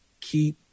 keep